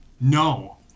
no